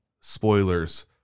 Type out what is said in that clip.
spoilers